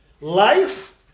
Life